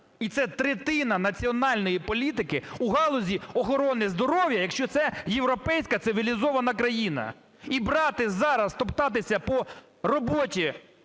і це третина національної політики у галузі охорони здоров'я, якщо це європейська, цивілізована країна. І брати зараз топтатися по роботі